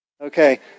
Okay